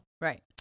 Right